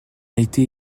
été